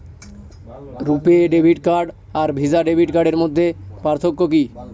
রূপে debit card আর Visa debit কার্ডের মধ্যে পার্থক্য কি?